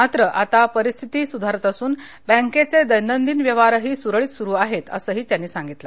मात्र आता परिस्थिती सुधारत असून बँकेचे दैनंदिन व्यवहारही सुरळीत सुरू आहेत असंही ते म्हणाले